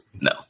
No